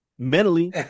Mentally